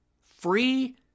Free